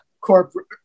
corporate